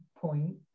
point